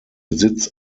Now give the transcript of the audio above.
besitz